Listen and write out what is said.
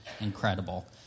incredible